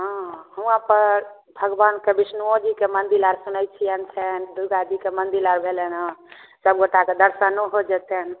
हँ हुआँ पर भगवानके विष्णुओ जीकेँ मन्दिल आर सुनैत छिअनि छनि दुर्गो जीके मन्दिल आर भेलनि हँ सब गोटाके दर्शनो हो जयतनि